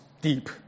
deep